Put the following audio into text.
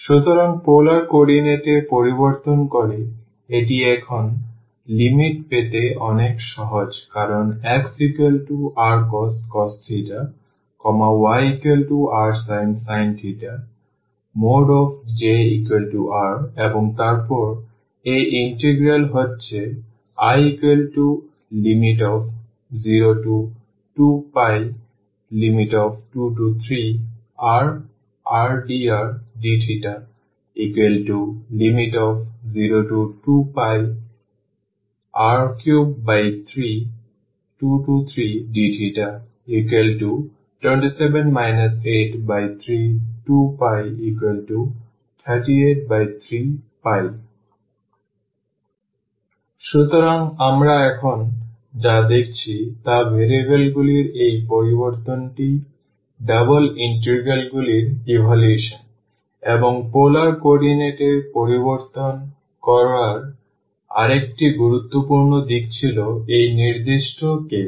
সুতরাং polar coordinate এ পরিবর্তন করে এটি এখন লিমিট পেতে অনেক সহজ কারণ xrcos yrsin Jr এবং তারপর এই ইন্টিগ্রাল হচ্ছে I02π23rrdrdθ02πr3323dθ 27 832π383 সুতরাং আমরা এখন যা দেখেছি যে ভেরিয়েবলগুলির এই পরিবর্তনটি ডাবল ইন্টিগ্রালগুলির ইভালুয়েশন এবং পোলার কোঅর্ডিনেট এ পরিবর্তন করার আরেকটি গুরুত্বপূর্ণ দিক ছিল একটি নির্দিষ্ট কেস